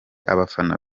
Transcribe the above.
abafana